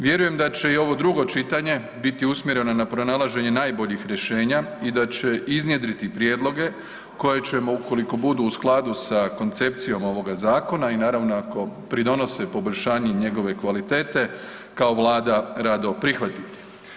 Vjerujem da će i ovo drugo čitanje biti usmjereno na pronalaženje najboljih rješenja i da će iznjedriti prijedloge koje ćemo, ukoliko budu u skladu sa koncepcijom ovoga zakona i naravno ako pridonose poboljšanju njegove kvalitete, kao vlada rado prihvatiti.